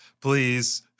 Please